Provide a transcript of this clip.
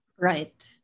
Right